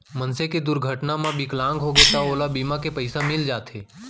मनसे के दुरघटना म बिकलांग होगे त ओला बीमा के पइसा मिल जाथे